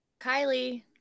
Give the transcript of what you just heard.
Kylie